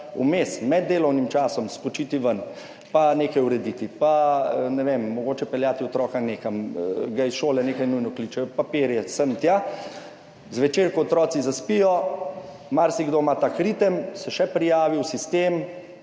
vmes med delovnim časom skočiti ven, pa nekaj urediti, pa ne vem, mogoče peljati otroka nekam, ga iz šole nekaj nujno kličejo, papirje sem, tja, zvečer, ko otroci zaspijo, marsikdo ima ta ritem, se še prijavi v sistem,